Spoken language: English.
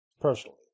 personally